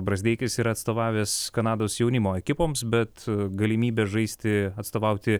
brazdeikis yra atstovavęs kanados jaunimo ekipoms bet galimybė žaisti atstovauti